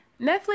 Netflix